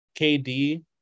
KD